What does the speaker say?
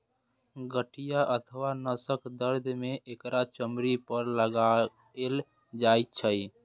गठिया अथवा नसक दर्द मे एकरा चमड़ी पर लगाएल जाइ छै